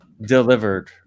Delivered